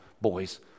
boys